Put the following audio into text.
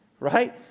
right